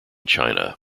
china